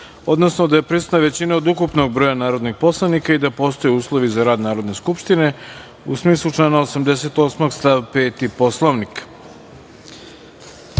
odnosno da je prisutna većina od ukupnog broja narodnih poslanika i da postoje uslovi za rad Narodne skupštine, u smislu člana 88. stav 5. Poslovnika. Da